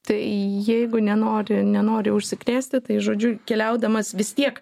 tai jeigu nenori nenori užsikrėsti tai žodžiu keliaudamas vis tiek